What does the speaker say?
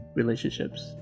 relationships